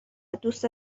دوست